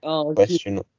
Question